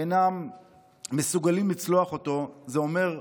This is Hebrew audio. שהם אינם מסוגלים לצלוח אותו זה אומר זלזול,